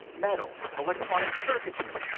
metal electronic circuitry,